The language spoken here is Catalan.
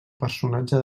personatge